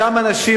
אותם אנשים,